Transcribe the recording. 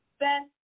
best